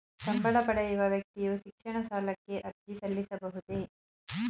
ಸಂಬಳ ಪಡೆಯುವ ವ್ಯಕ್ತಿಯು ಶಿಕ್ಷಣ ಸಾಲಕ್ಕೆ ಅರ್ಜಿ ಸಲ್ಲಿಸಬಹುದೇ?